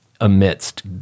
amidst